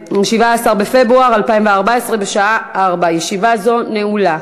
ההצעה תועבר לוועדה לקידום מעמד האישה ולשוויון מגדרי.